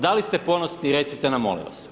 Da li ste ponosni recite nam molim vas?